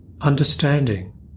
Understanding